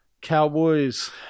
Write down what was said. Cowboys